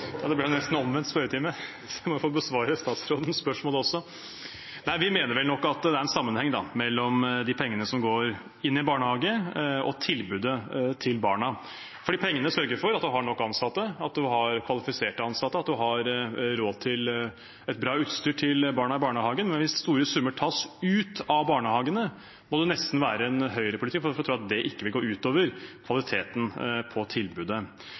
nesten omvendt spørretime, så jeg må også få besvare statsrådens spørsmål. Vi mener at det er en sammenheng mellom pengene som går inn i en barnehage og tilbudet til barna, fordi pengene sørger for at man har nok ansatte, at man har kvalifiserte ansatte, og at man har råd til bra utstyr til barna i barnehagen. Hvis store summer tas ut av barnehagene, må man nesten være en Høyre-politiker for å tro at det ikke vil gå ut over kvaliteten på tilbudet.